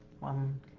One